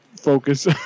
focus